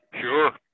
sure